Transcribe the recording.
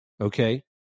okay